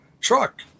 Truck